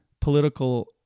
political